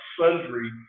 sundry